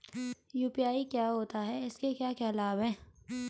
UPI क्या होता है इसके क्या क्या लाभ हैं?